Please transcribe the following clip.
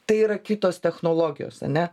tai yra kitos technologijos ane